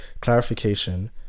Clarification